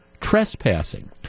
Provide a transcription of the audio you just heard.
trespassing